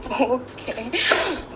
Okay